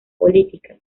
políticas